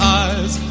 eyes